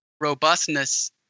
robustness